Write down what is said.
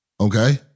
Okay